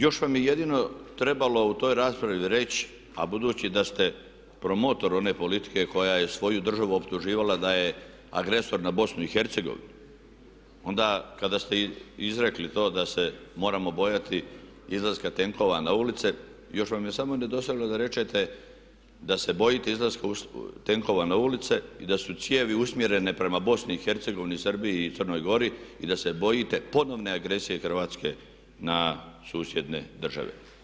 Još vam je jedino trebalo u toj raspravi reći, a budući da ste promotor one politike koja je svoju državu optuživala da je agresor na Bosnu i Hercegovinu, onda kada ste izrekli to da se moramo bojati izlaska tenkova na ulice još vam je samo nedostajalo da rečete da se bojite izlaska tenkova na ulice i da su cijevi usmjerene prema Bosni i Hercegovini, Srbiji i Crnoj Gori i da se bojite ponovne agresije Hrvatske na susjedne države.